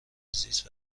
زیست